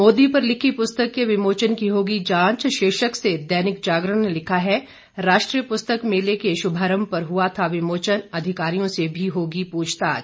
मोदी पर लिखी पुस्तक के विमोचन की होगी जांच शीर्षक से दैनिक जागरण ने लिखा है राष्ट्रीय पुस्तक मेले के शुभारंभ पर हुआ था विमोचन अधिकारियों से भी होगी पूछताछ